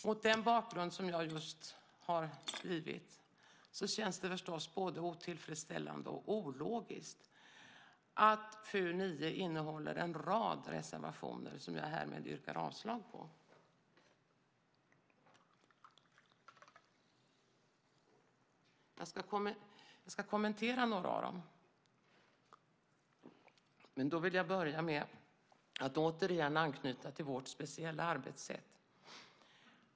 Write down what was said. Mot den bakgrund som jag just har givit känns det förstås både otillfredsställande och ologiskt att FöU9 innehåller en rad reservationer som jag härmed yrkar avslag på. Jag ska kommentera några av dem. Jag vill börja med att återigen anknyta till vårt speciella arbetssätt.